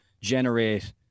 generate